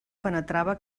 penetrava